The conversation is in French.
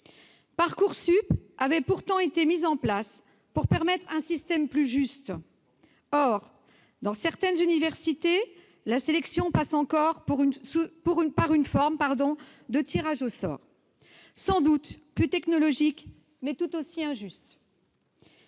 Parcoursup avait pourtant été mis en place pour permettre un système plus juste. Or, dans certaines universités, la sélection passe encore par une forme de tirage au sort sans doute plus technologique, mais tout aussi injuste.